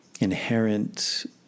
inherent